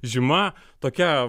žyma tokia